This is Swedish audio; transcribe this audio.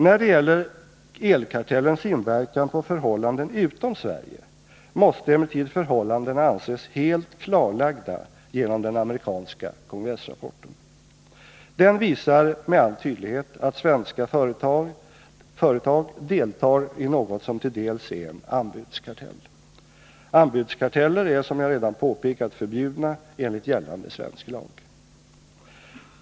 När det gäller dess inverkan på förhållanden utom Sverige måste emellertid förhållandena anses helt klarlagda genom den amerikanska kongressrapporten. Den visar med all tydlighet att svenska företag deltar i något som till dels är en anbudskartell. Anbudskarteller är, som jag redan påpekat, förbjudna enligt gällande svensk lag.